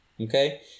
okay